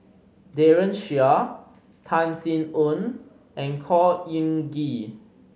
Daren Shiau Tan Sin Aun and Khor Ean Ghee